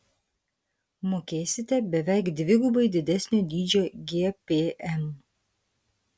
mokėsite beveik dvigubai didesnio dydžio gpm